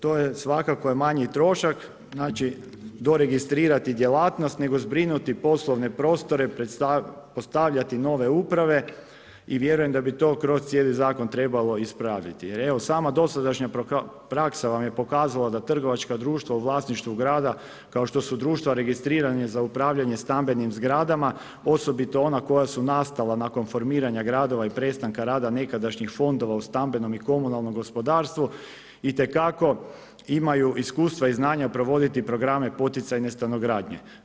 To je svakako manji trošak, znači doregistrirati djelatnost, nego zbrinuti poslovne prostore, postavljati nove uprave i vjerujem da bi to kroz cijeli zakon trebalo ispraviti jer evo sama dosadašnja praksa vam je pokazala da trgovačka društva u vlasništvu grada kao što su društva registrirana za upravljanje stambenim zgradama, osobito ona koja su nastala nakon formiranja gradova i prestanka rada nekadašnjih fondova u stambenom i komunalnom gospodarstvu, itekako imaju iskustva i znanja provoditi programe poticajne stanogradnje.